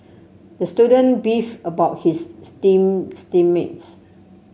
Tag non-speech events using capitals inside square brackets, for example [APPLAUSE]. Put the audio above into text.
the student beefed about his [UNINTELLIGIBLE] team [UNINTELLIGIBLE] team mates